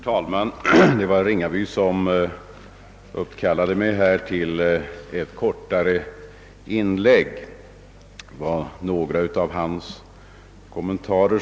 Herr talman! Herr Ringabys inlägg uppkallade mig till några kortare kommentarer.